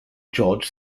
george